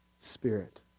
spirit